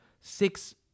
Six